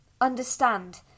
understand